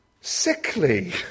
sickly